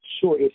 Sure